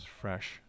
fresh